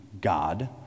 God